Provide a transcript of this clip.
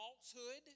falsehood